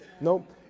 Nope